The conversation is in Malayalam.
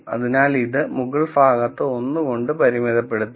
അതിനാൽ ഇത് മുകൾ ഭാഗത്ത് 1 കൊണ്ട് പരിമിതപ്പെടുതാം